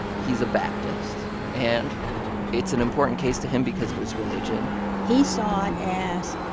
he's a baptist, and it's an important case to him because of his religion he saw it as,